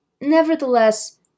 Nevertheless